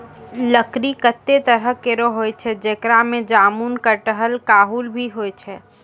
लकड़ी कत्ते तरह केरो होय छै, जेकरा में जामुन, कटहल, काहुल भी छै